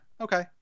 Okay